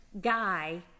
guy